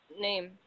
name